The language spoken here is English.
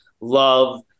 love